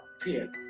fear